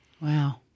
Wow